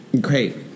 Great